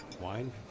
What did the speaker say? Wine